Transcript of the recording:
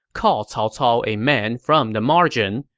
called cao cao a man from the margin,